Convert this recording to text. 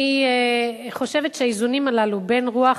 אני חושבת שהאיזונים הללו בין רוח,